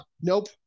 Nope